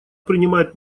принимает